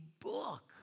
book